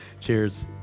Cheers